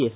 S